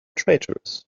traitorous